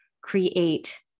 create